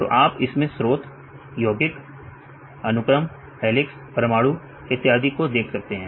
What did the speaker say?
तो आप इसमें स्रोत योगिक अनुक्रम हेलिक्स परमाणु इत्यादि को देख सकते हैं